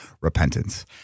repentance